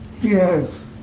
Yes